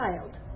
child